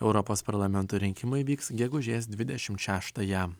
europos parlamento rinkimai vyks gegužės dvidešimt šeštąją